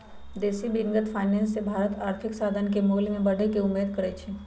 बेशी दिनगत फाइनेंस मे भारत आर्थिक साधन के मोल में बढ़े के उम्मेद करइ छइ